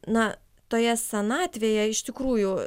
na toje senatvėje iš tikrųjų